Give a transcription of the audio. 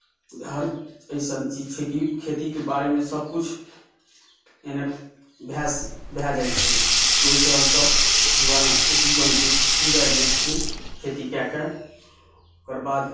हर अइसन चीज छै कि खेतीक बारेमे सभ कुछ एने भए जाइ छै कि ओहिसँ हमसभ जीवन गुजारि लै छी खेती कए कऽ ओकर बाद